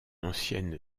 ancienne